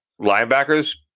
linebackers